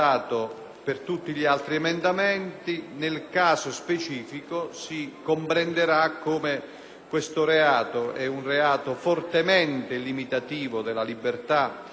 questo sia un reato fortemente limitativo della libertà della persona; quindi, per questa ragione, ne individueremmo